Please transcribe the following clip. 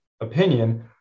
opinion